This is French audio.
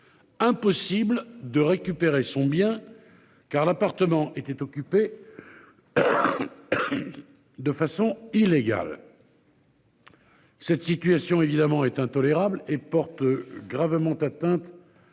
Impossible de récupérer son bien. Car l'appartement était occupé. De façon illégale. Cette situation évidemment est intolérable et porte gravement atteinte.